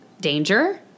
danger